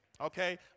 Okay